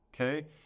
okay